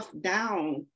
down